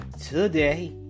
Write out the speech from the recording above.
today